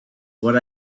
what